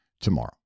tomorrow